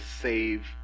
save